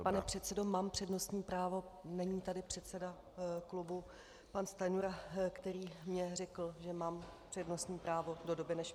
Pane předsedo, mám přednostní právo, není tady předseda klubu pan Stanjura, který mi řekl, že mám přednostní právo do doby, než přijde.